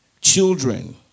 children